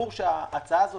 ברור שאם ההצעה הזו